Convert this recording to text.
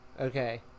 Okay